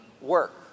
Work